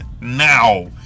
now